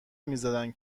میزدن